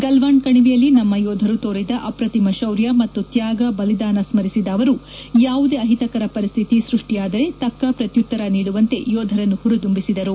ಗಲ್ವಾನ್ ಕಣಿವೆಯಲ್ಲಿ ನಮ್ನ ಯೋಧರು ತೋರಿದ ಅಪ್ರತಿಮ ಶೌರ್ಯ ಮತ್ತು ತ್ವಾಗ ಬಲಿದಾನ ಸ್ನರಿಸಿದ ಅವರು ಯಾವುದೇ ಅಹಿತಕರ ಪರಿಸ್ಥಿತಿ ಸೃಷ್ಷಿಯಾದರೆ ತಕ್ಕ ಪ್ರತ್ಯುತ್ತರ ನೀಡುವಂತೆ ಯೋಧರನ್ನು ಹುರಿದುಂಬಿಸಿದರು